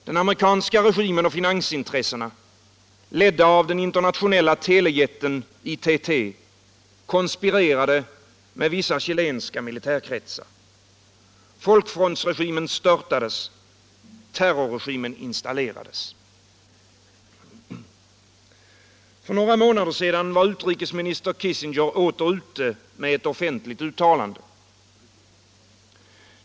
Den amerikanska regimen och finansintressena, ledda av den internationella telejätten ITT, konspirerade med vissa chilenska militärkretsar. Folkfrontsregimen störtades, terrorregimen installerades. För några månader sedan var utrikesminister Kissinger åter ute med ett offentligt uttalande.